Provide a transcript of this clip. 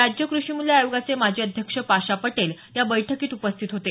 राज्य कृषी मूल्य आयोगाचे माजी अध्यक्ष पाशा पटेल या बैठकीत उपस्थित होते